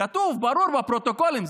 כתוב ברור בפרוטוקולים,